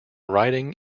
writing